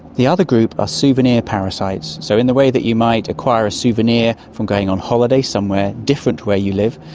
the other group are souvenir parasites. so in the way that you might acquire a souvenir from going on holiday somewhere different to where you live,